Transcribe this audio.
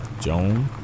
Joan